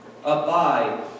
abide